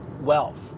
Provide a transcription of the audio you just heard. wealth